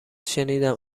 شنیدم